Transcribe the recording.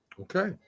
Okay